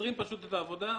עוצרים את העבודה,